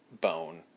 bone